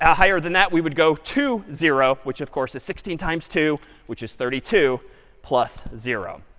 ah higher than that we would go two, zero, which of course, is sixteen times two which is thirty two plus zero.